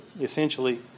essentially